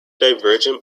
divergent